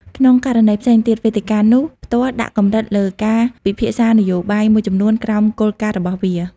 ក្នុងករណីផ្សេងទៀត វេទិកានោះផ្ទាល់ដាក់កម្រិតលើការពិភាក្សានយោបាយមួយចំនួនក្រោមគោលការណ៍របស់វា។